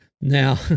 Now